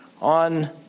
on